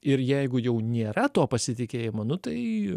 ir jeigu jau nėra to pasitikėjimo nu tai